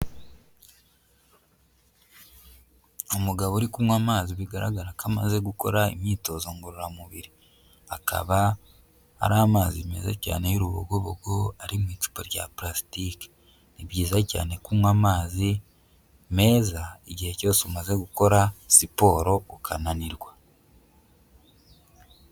Umugabo uri kunywa amazi bigaragara ko amaze gukora imyitozo ngororamubiri, akaba ari amazi meza cyane y'urubogobogo ari mu icupa rya purasitiki. Ni byiza cyane kunywa amazi meza, igihe cyose umaze gukora siporo ukananirwa.